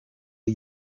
are